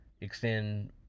extend